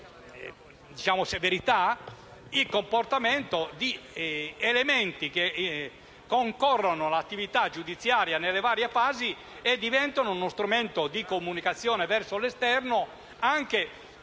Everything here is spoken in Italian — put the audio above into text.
il comportamento di elementi che concorrono all'attività giudiziaria nelle varie fasi e diventano uno strumento di comunicazione verso l'esterno, anche